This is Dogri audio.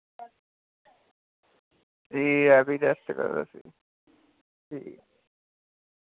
ठीक ऐ भी रेस्ट करो तुस ठीक